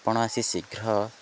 ଆପଣ ଆସି ଶୀଘ୍ର